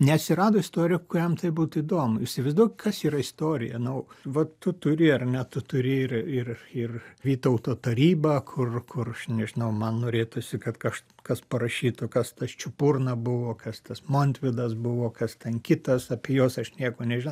neatsirado istoriko kuriam tai būtų įdomu įsivaizduok kas yra istorija nu vat tu turi ar ne tu turi ir ir ir vytauto tarybą kur kur nežinau man norėtųsi kad kaž kas parašytų kas tas čiupurna buvo kas tas montvydas buvo kas ten kitas apie juos aš nieko nežinau